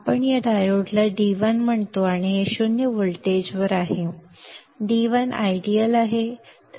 आपण या डायोडला D1 म्हणतो आणि हे शून्य व्होल्टवर आहे D1 आदर्श आहे